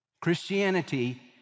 Christianity